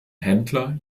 händler